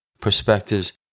perspectives